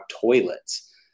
toilets